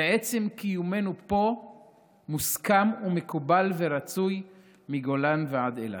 ועצם קיומנו פה מוסכם ומקובל ורצוי מגולן ועד אילת.